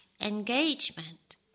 engagement